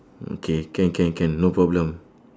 okay can can can no problem